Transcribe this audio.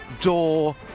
door